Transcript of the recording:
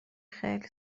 خیلی